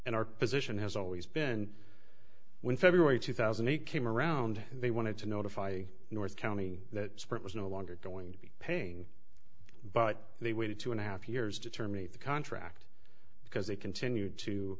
and our position has always been when february two thousand he came around they wanted to notify north county that sprint was no longer going to be paying but they waited two and a half years to terminate the contract because they continued to